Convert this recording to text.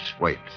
wait